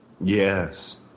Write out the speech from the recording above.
Yes